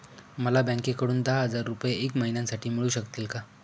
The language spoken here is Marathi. मला बँकेकडून दहा हजार रुपये एक महिन्यांसाठी मिळू शकतील का?